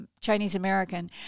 Chinese-American